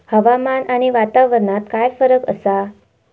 हवामान आणि वातावरणात काय फरक असा?